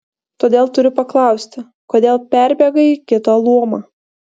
todėl turiu paklausti kodėl perbėgai į kitą luomą